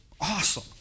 awesome